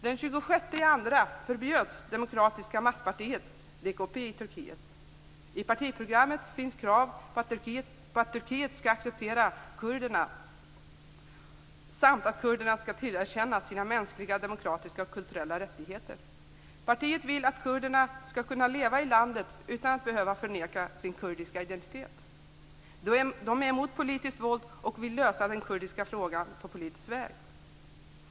Den 26 februari förbjöds Demokratiska Masspartiet, DKP, i Turkiet. I partiprogrammet finns krav på att Turkiet skall acceptera kurderna samt att kurderna skall tillerkännas sina mänskliga, demokratiska och kulturella rättigheter. Partiet vill att kurderna skall kunna leva i landet utan att behöva förneka sin kurdiska identitet. De är emot politiskt våld och vill lösa den kurdiska frågan på politisk väg.